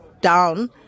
down